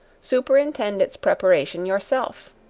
superintend its preparation yourself.